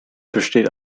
besteht